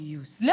use